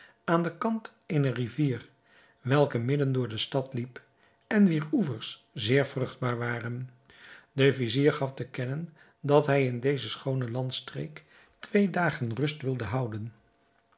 aan den kant eener rivier welke midden door de stad liep en wier oevers zeer vruchtbaar waren de vizier gaf te kennen dat hij in deze schoone landstreek twee dagen rust wilde houden